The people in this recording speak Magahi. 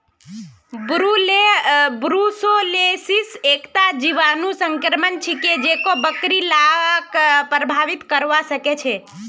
ब्रुसेलोसिस एकता जीवाणु संक्रमण छिके जेको बकरि लाक प्रभावित करवा सकेछे